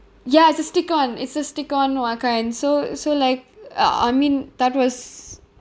ya it's a stick on it's a stick on o~ kind so so like uh I mean that was